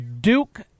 Duke